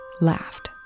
laughed